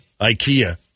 Ikea